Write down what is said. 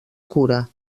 cura